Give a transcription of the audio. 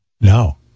No